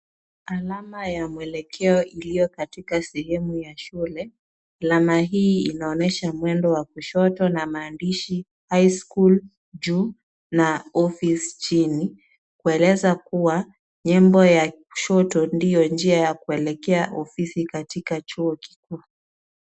Alama ya mwelekeo iliyo katika sehemu ya shule, alama hii inaonyesha mwendo wa kushoto na maandishi high school juu na office chini, kueleza kuwa nembo ya kushoto ndio njia ya kuelekea ofisi katika chuo kikuu.